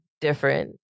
different